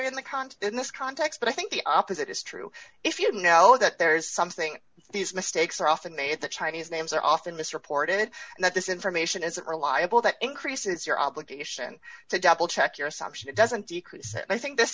torreon the cons in this context but i think the opposite is true if you know that there's something these mistakes are often made at the chinese names are often mis reported and that this information isn't reliable that increases your obligation to double check your assumption it doesn't decrease i think this